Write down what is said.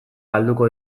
galduko